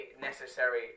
necessary